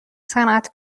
صنعت